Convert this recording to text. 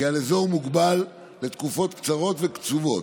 כעל אזור מוגבל לתקופות קצרות וקצובות,